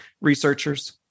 researchers